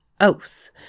oath